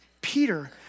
Peter